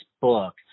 book